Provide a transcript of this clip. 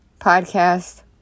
podcast